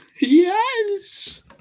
Yes